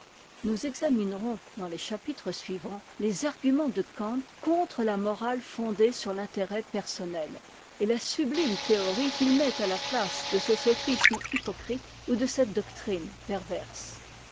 nous examinerons dans les chapitres suivants les arguments de kant contre la morale fondée sur t'intérêt personne et la subtime théorie qu'il met à la place de ce sophisme hypocrite ou de cette doctrine perverse